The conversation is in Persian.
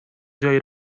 جایی